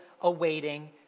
awaiting